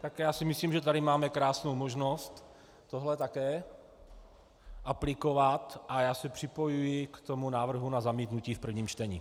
Tak já si myslím, že tady máme krásnou možnost tohle také aplikovat, a se připojuji k tomu návrhu na zamítnutí v prvním čtení.